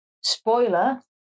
spoiler